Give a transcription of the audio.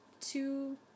two